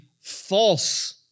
false